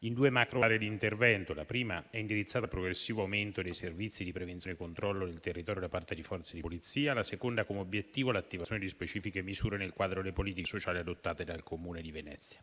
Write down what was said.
in due macroaree di intervento: la prima è indirizzata al progressivo aumento dei servizi di prevenzione e controllo del territorio da parte delle Forze di polizia, la seconda ha come obiettivo l'attivazione di specifiche misure nel quadro delle politiche sociali adottate dal Comune di Venezia.